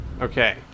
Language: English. Okay